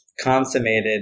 consummated